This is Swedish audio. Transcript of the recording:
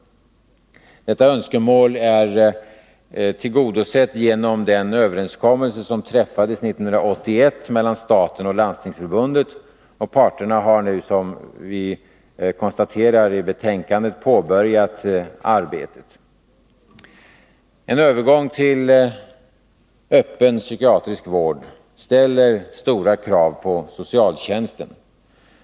Detta önskemål är tillgodosett i och med den överenskommelse som träffades 1981 mellan staten och Landstingsförbundet. Parterna har nu, som konstateras i socialutskottets betänkande, påbörjat det arbetet. En övergång till öppen psykiatrisk vård ställer stora krav på socialtjänsten.